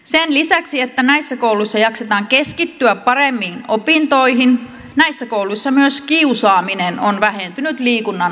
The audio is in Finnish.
sen lisäksi että näissä kouluissa jaksetaan keskittyä paremmin opintoihin näissä kouluissa myös kiusaaminen on vähentynyt liikunnan ansiosta